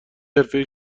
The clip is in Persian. حرفهای